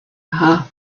her